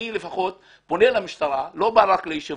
אני לפחות פונה למשטרה ולא רק בא לישיבות.